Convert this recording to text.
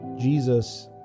Jesus